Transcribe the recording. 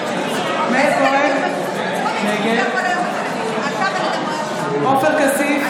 כהן, נגד עופר כסיף,